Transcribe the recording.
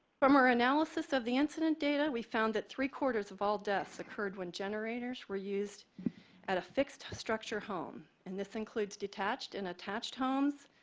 for more analysis of the incident data, we found that three quarters of all deaths occurred when generators were used at a fixed-structure home. and this includes detached and attached homes,